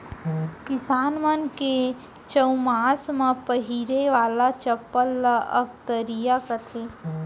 किसान मन के चउमास म पहिरे वाला चप्पल ल अकतरिया कथें